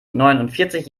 neunundvierzig